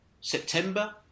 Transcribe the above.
September